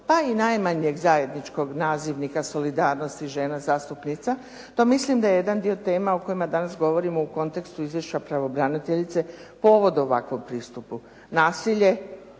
pa i najmanjeg zajedničkog nazivnika, solidarnosti žena zastupnica pa mislim da je jedan dio tema o kojima danas govorimo u kontekstu izvješća pravobraniteljice povod ovakvom pristupu. Nasilje,